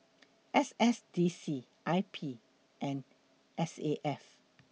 S S D C I P and S A F